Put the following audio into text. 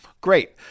Great